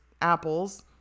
apples